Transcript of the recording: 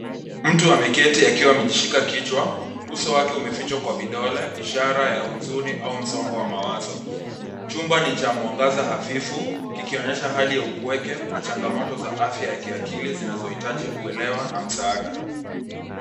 Mtu ameketi akiwa amejishika kichwa. Uso wake umefichwa kwa vidole, ishara ya huzuni au msongo wa mawazo. Chumba ni cha mwangaza hafifu, kikionyesha hali ya upweke na changamoto za afya ya kiakili zinazohitaji uelewa na msaada.